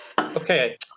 Okay